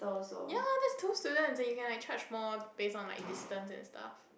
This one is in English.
ya loh that's two students you can like charge more based on like distance and stuff